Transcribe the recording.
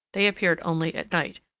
they appeared only at night,